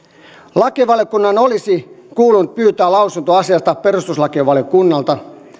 lakivaliokunnan olisi kuulunut pyytää lausunto asiasta perustuslakivaliokunnalta